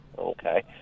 Okay